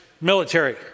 military